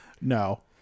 No